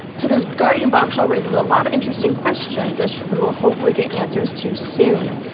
so this guardian bombshell raises a lot of interesting questions which we will hopefully get answers to soon.